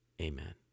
Amen